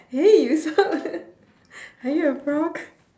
eh you sound like are you a frog